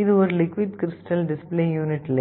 இது ஒரு liquid crystal display unit layer